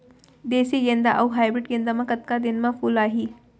देसी गेंदा अऊ हाइब्रिड गेंदा म कतका दिन म फूल आही?